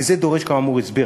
וזה דורש כאמור הסבר.